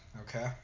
Okay